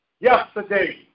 yesterday